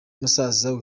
musaza